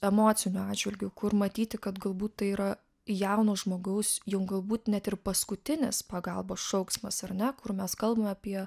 emociniu atžvilgiu kur matyti kad galbūt tai yra jauno žmogaus jau galbūt net ir paskutinis pagalbos šauksmas ar ne kur mes kalbam apie